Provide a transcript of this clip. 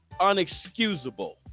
unexcusable